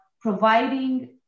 providing